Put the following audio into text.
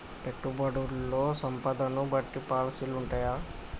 పెట్టుబడుల్లో సంపదను బట్టి పాలసీలు ఉంటయా?